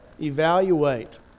Evaluate